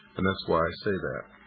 and that's why i say that.